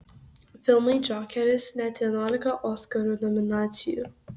filmui džokeris net vienuolika oskarų nominacijų